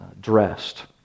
dressed